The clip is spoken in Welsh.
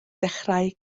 dechrau